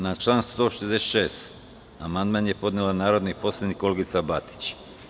Na član 166. amandman je podnela narodni poslanik Olgica Batić.